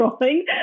drawing